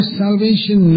salvation